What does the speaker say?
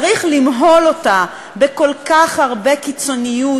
צריך למהול אותה בכל כך הרבה קיצוניות,